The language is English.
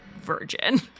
virgin